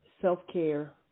self-care